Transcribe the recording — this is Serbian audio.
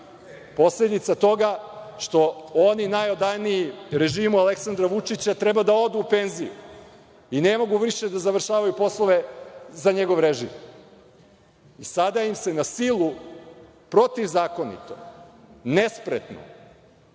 Posledica toga, što oni najodaniji režimu Aleksandra Vučića treba da odu u penziju i ne mogu više da završavaju poslove za njegov režim. Sada im se na silu protivzakonito, nespretno